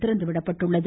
திறந்துவிடப்பட்டுள்ளது